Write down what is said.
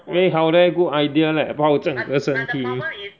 eh 好 leh good idea leh 泡整个身体